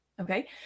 okay